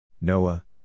Noah